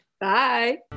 Bye